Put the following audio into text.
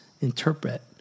interpret